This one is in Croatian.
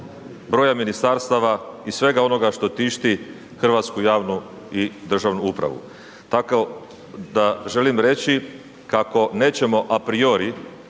broja ministarstava i svega onoga što tišti hrvatsku javnu i državnu upravu. Tako da želim reći kako nećemo a priori